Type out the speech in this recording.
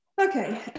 Okay